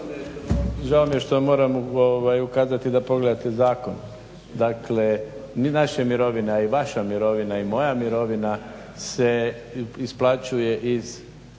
Žao mi je što moram ukazati da pogledate zakon. dakle ni naše mirovine, a i vaša mirovina i moja mirovina se isplaćuje iz